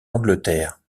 d’angleterre